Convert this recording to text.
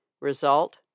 Result